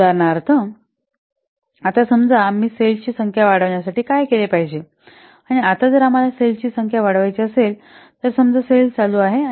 उदाहरणार्थ आता समजा आम्ही सेल्स ची संख्या वाढवण्यासाठी काय केले पाहिजे आणि आता जर आम्हाला सेल्स ची संख्या वाढवायची असेल तर समजा सेल्स चालू आहे